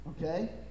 Okay